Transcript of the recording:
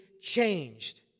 changed